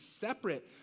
separate